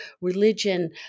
religion